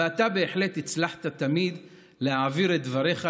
ואתה בהחלט הצלחת תמיד להעביר את דבריך,